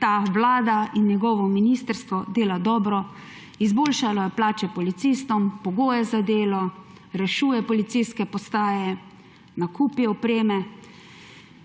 ta vlada in njegovo ministrstvo dela dobro, izboljšalo je plače policistom, pogoje za delo, rešuje policijske postaje, nakupi opreme.